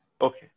Okay